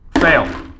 fail